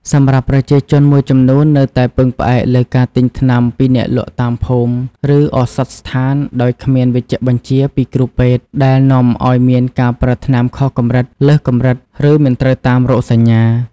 សម្រាប់ប្រជាជនមួយចំនួននៅតែពឹងផ្អែកលើការទិញថ្នាំពីអ្នកលក់តាមភូមិ ឬឱសថស្ថានដោយគ្មានវេជ្ជបញ្ជាពីគ្រូពេទ្យ ដែលនាំឱ្យមានការប្រើថ្នាំខុសកម្រិត លើសកម្រិត ឬមិនត្រូវតាមរោគសញ្ញា។